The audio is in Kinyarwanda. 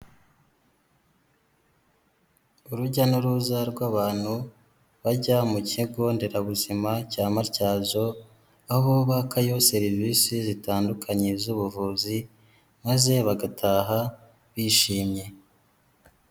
Urujya n'uruza rw'abantu bajya mu kigonderabuzima cya Matyazo, aho bakayo serivisi zitandukanye z'ubuvuzi, maze bagataha bishimye.